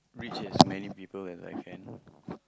reach as many people as I can